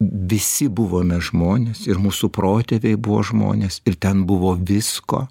visi buvome žmonės ir mūsų protėviai buvo žmonės ir ten buvo visko